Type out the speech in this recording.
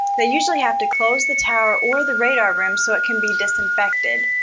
they usually have to close the tower or the radar room so it can be disinfected.